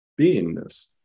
beingness